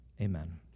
Amen